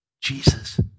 Jesus